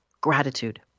gratitude